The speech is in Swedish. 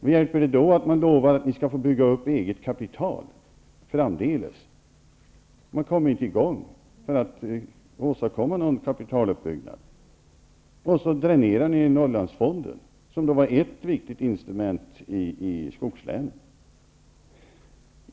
Vad hjälper det då att man lovar att de får bygga upp eget kapital framdeles? Man kommer ju inte i gång med att åstadkomma egen kapitaluppbyggnad. Så dränerar ni också Norrlandsfonden, som var ett viktigt instrument i skogslänen.